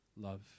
love